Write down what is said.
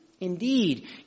Indeed